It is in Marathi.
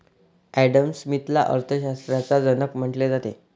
ॲडम स्मिथला अर्थ शास्त्राचा जनक म्हटले जाते